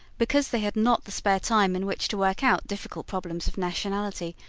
because they had not the spare time in which to work out difficult problems of nationality,